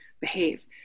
behave